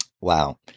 Wow